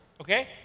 Okay